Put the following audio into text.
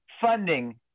funding